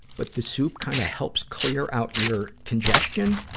but the soup kind of helps clear out your congestion.